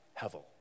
Hevel